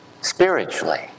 spiritually